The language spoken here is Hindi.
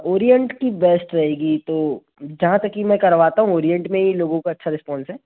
ओरिएंट की बेस्ट रहेगी तो जहाँ तक कि मैं करवाता हूँ ओरिएंट में ही लोगों का अच्छा रिस्पोंस है